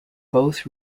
both